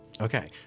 Okay